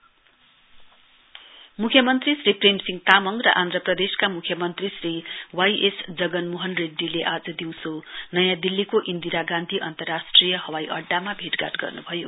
CM Jagan Reddy मुख्यमन्त्री श्री प्रेम सिंह तामङ र आन्ध्रप्रदेशका मुख्यमन्त्री श्री वाई एस जगन मोहन रेड्डीले आज दिउँसो नयाँ दिल्लीको इन्दिरा गान्धी अन्तर्राष्ट्रिय हवाई अड्डामा भेटघाट गर्नुभयो